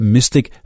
Mystic